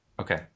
Okay